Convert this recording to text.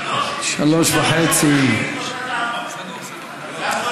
15:00. 15:30. אפשר למשוך את השאילתות עד 16:00,